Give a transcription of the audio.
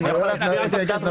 תגיד משהו